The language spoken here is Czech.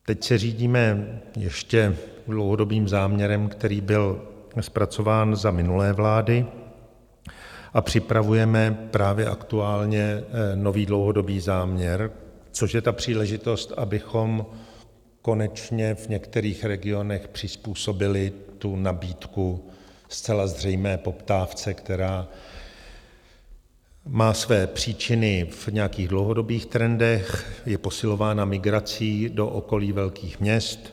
Teď se řídíme ještě dlouhodobým záměrem, který byl zpracován za minulé vlády, a připravujeme právě aktuálně nový dlouhodobý záměr, což je příležitost, abychom konečně v některých regionech přizpůsobili nabídku zcela zřejmé poptávce, která má své příčiny v nějakých dlouhodobých trendech, je posilována migrací do okolí velkých měst.